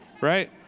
Right